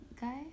Guy